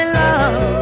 love